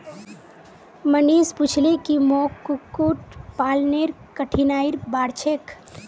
मनीष पूछले की मोक कुक्कुट पालनेर कठिनाइर बार छेक